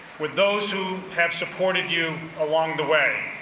with those who have supported you along the way.